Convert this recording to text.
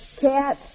cat